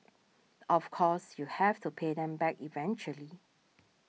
of course you have to pay them back eventually